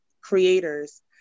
creators